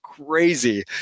crazy